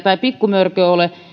tai pikkumörkö ole